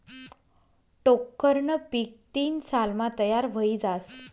टोक्करनं पीक तीन सालमा तयार व्हयी जास